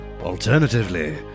Alternatively